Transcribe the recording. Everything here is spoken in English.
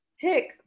Tick